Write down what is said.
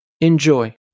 Enjoy